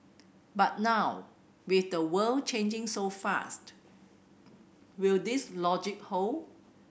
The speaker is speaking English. but now with the world changing so fast will this logic hold